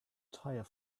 tire